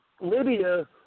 Libya